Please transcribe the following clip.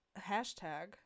hashtag